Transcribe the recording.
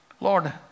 Lord